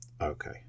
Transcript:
Okay